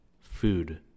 food